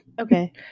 Okay